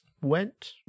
went